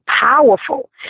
powerful